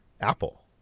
Apple